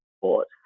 sport